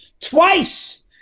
twice